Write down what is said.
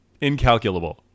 incalculable